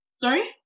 sorry